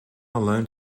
alone